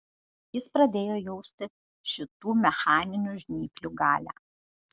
jis pradėjo jausti šitų mechaninių žnyplių galią